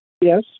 Yes